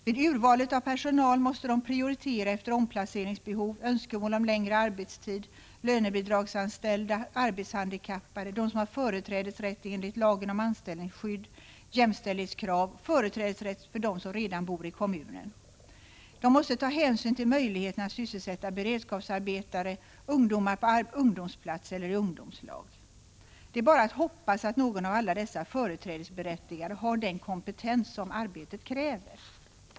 Vid urvalet av personal måste de prioritera med hänvisning till omplaceringsbehov, önskemål om längre arbetstid, lönebidragsanställda, arbetshandikappade, dem som har företrädesrätt enligt lagen om anställningsskydd, jämställdhetskrav och företrädesrätt för dem som redan bor i kommunen. De måste ta hänsyn till möjligheterna att sysselsätta beredskapsarbetare, ungdomar på ungdomsplats eller i ungdomslag. Det är bara att hoppas att någon av alla dessa företrädesberättigade har den kompetens som arbetet kräver.